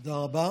תודה רבה.